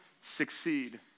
succeed